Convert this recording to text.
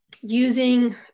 using